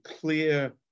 clear